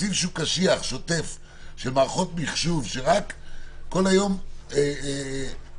שתקציב קשיח שוטף של מערכות מחשוב שרק כל היום מתייקרות,